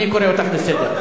אני קורא אותך לסדר.